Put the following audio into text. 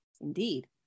Indeed